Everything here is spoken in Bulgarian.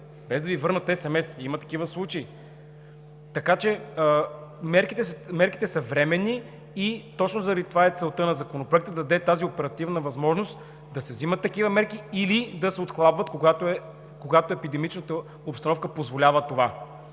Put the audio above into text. Без да Ви върнат SMS! Има такива случаи. Така че мерките са временни и точно заради това е целта на Законопроекта – да даде тази оперативна възможност да се взeмат такива мерки или да се отхлабват, когато епидемичната обстановка позволява това.